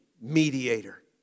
mediator